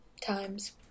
times